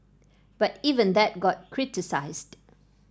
but even that got criticised